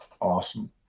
awesome